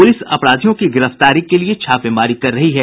police अपराधियों की गिरफ्तारी के लिए छापेमारी कर रही है